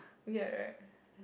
weird right